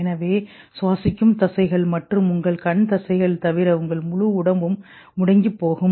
எனவே சுவாசிக்கும் தசைகள் மற்றும் உங்கள் கண் தசைகள் தவிர உங்கள் முழு உடம்பும் முடங்கிப் போகும்